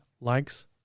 likes